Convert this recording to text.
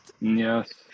yes